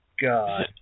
God